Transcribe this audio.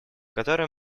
которой